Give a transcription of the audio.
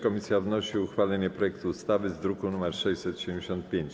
Komisja wnosi o uchwalenie projektu ustawy z druku nr 675.